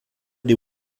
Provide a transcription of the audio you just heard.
die